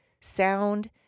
sound